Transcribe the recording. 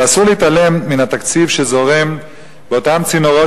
אבל אסור להתעלם מן התקציב שזורם באותם צינורות